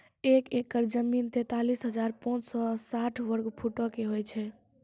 एक एकड़ जमीन, तैंतालीस हजार पांच सौ साठ वर्ग फुटो के होय छै